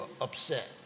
upset